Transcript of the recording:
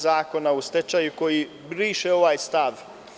Zakona o stečaju, koji briše ovaj stav.